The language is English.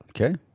Okay